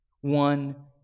One